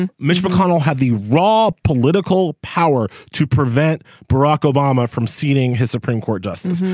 and mitch mcconnell had the raw political power to prevent barack obama from ceding his supreme court justice.